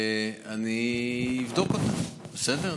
אני אבדוק את זה, בסדר?